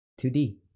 2D